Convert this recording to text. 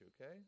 okay